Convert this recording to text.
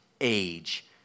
age